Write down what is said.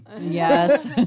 Yes